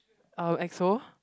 um Exo